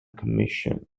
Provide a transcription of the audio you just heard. commission